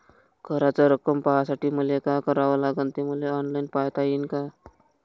कराच रक्कम पाहासाठी मले का करावं लागन, ते मले ऑनलाईन पायता येईन का?